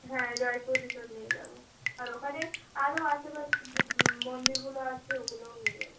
হ্যাঁ জয়পুর রিসোর্ট নিয়ে যাবো আর ওখানের আরো আশেপাশের যে মন্দিরগুলো আছে ওগুলোও নিয়ে যাবো